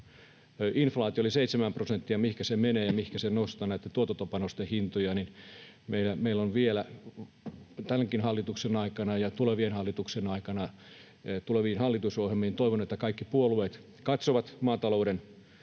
inflaatio oli seitsemän prosenttia, mihinkä se menee ja mihinkä se nostaa näitten tuotantopanosten hintoja, meillä on vielä tämänkin hallituksen aikana ja tulevien hallituksien aikana tekemistä. Tuleviin hallitusohjelmiin liittyen toivon, että kaikki puolueet katsovat maatalouden